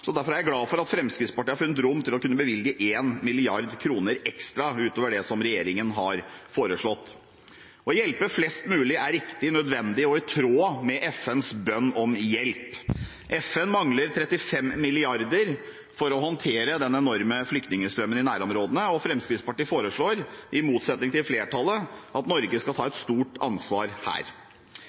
ekstra utover det som regjeringen har foreslått. Å hjelpe flest mulig er riktig og nødvendig og i tråd med FNs bønn om hjelp. FN mangler 35 mrd. kr for å håndtere den enorme flyktningstrømmen i nærområdene, og Fremskrittspartiet foreslår, i motsetning til flertallet, at Norge skal ta et stort ansvar her.